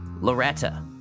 Loretta